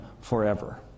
forever